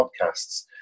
podcasts